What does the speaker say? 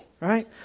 right